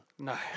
No